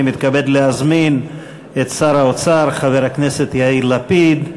אני מתכבד להזמין את שר האוצר חבר הכנסת יאיר לפיד.